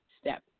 step